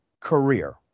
career